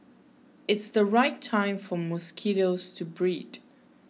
it's the right time for mosquitoes to breed